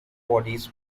bodies